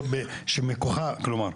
כלומר,